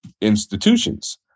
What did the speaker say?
institutions